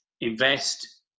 invest